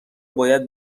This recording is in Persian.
باید